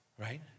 right